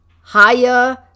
higher